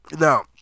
No